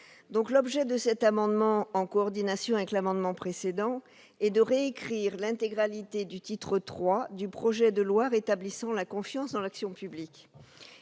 L'objet de cet amendement, en coordination avec l'amendement précédent, est de réécrire l'intégralité du titre III du projet de loi rétablissant la confiance dans l'action publique.